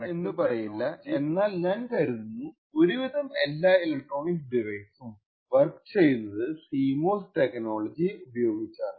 ഞാൻ എല്ലാം എന്ന പറയില്ല എന്നാൽ ഞാൻ കരുതുന്നു ഒരു വിധം എല്ലാ ഇലക്ട്രോണിക് ഡിവൈസും വർക്ക് ചെയ്യുന്നത് CMOS ടെക്നോളജി വച്ചാണ്